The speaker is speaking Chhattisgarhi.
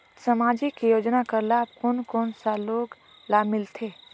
समाजिक योजना कर लाभ कोन कोन सा लोग ला मिलथे?